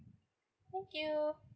thank you